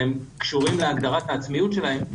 שהם קשורים להגדרת העצמיות שלהם,